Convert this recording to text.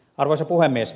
arvoisa puhemies